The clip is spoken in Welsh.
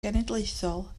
genedlaethol